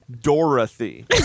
dorothy